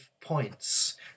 points